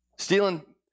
Stealing